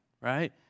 right